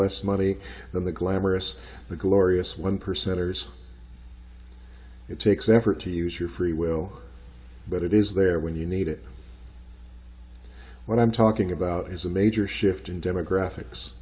less money than the glamorous the glorious one percenters it takes effort to use your free will but it is there when you need it what i'm talking about is a major shift in demographics